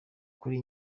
kuri